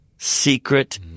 Secret